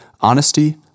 Honesty